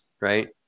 right